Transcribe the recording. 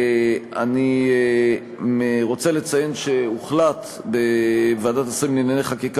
אני רוצה לציין שהוחלט בוועדת השרים לענייני חקיקה